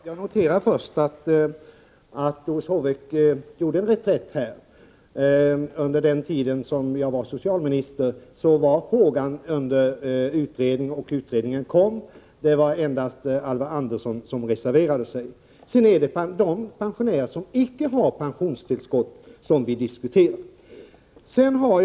Herr talman! Jag noterar att Doris Håvik gjorde en reträtt. Under den tid jag var socialminister var frågan under beredning. När utredningen lades fram var det endast Alvar Andersson som reserverade sig. Sedan vill jag säga att det är de pensionärer som icke har pensionstillskott som vi diskuterar.